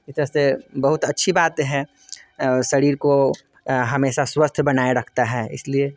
इस तरह से बहुत अच्छी बात है शरीर को हमेशा स्वस्थ बनाए रखता है इस लिए